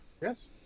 Yes